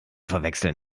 verwechseln